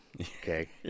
Okay